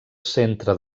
centre